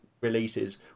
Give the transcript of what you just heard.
releases